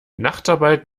nachtarbeit